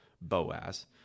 Boaz